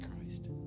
Christ